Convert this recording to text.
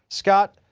scott,